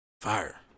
Fire